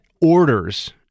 orders